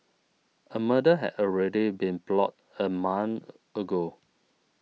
a murder had already been plotted a month ago